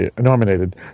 nominated